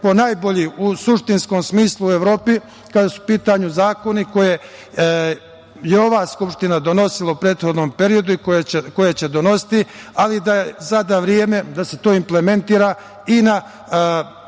ponajbolji u suštinskom smislu u Evropi kada su u pitanju zakoni koje je ova Skupština donosila u prethodnom periodu i koje će donositi, ali da je sada vreme da se to implementira i na